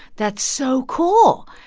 that's so cool.